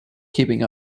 keeping